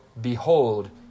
Behold